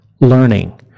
learning